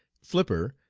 flipper,